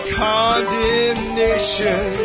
condemnation